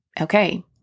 okay